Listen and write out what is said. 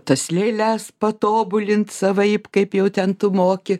tas lėles patobulint savaip kaip jau ten tu moki